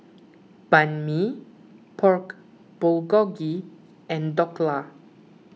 Banh Mi Pork Bulgogi and Dhokla